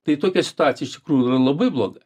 tai tokia situacija iš tikrųjų yra labai bloga